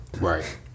Right